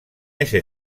ese